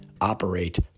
operate